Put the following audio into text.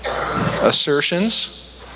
assertions